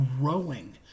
growing